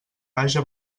haja